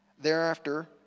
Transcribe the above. Thereafter